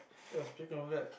it was pretty crowded